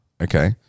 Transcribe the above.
Okay